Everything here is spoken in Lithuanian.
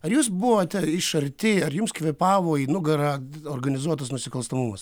ar jūs buvote iš arti ar jums kvėpavo į nugarą organizuotas nusikalstamumas